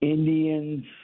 Indians